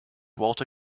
walter